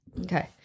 Okay